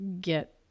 get